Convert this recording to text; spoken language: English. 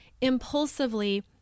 impulsively